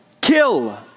kill